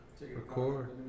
Record